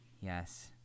Yes